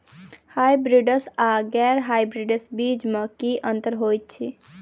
Hybrids आ गैर hybrids बीज म की अंतर होइ अछि?